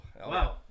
Wow